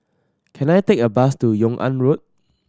can I take a bus to Yung An Road